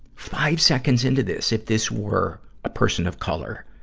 five seconds into this, if this were a person of color,